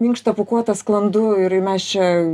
minkšta pūkuota sklandu ir mes čia